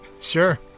sure